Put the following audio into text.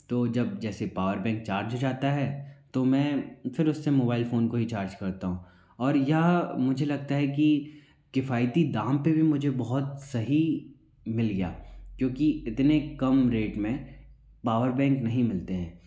तो जब जैसे पावर बैंक चार्ज जाता है तो मैं फ़िर उससे मोबाइल फ़ोन को ही चार्ज करता हूँ और यह मुझे लगता है कि किफ़ायती दाम पे भी मुझे बहुत सही मिल गया क्योंकि इतने कम रेट में पावर बैंक नहीं मिलते हैं